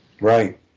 right